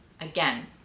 Again